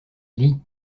lit